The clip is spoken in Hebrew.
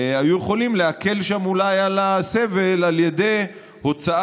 היו יכולים להקל שם אולי את הסבל על ידי הוצאת